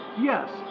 Yes